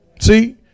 See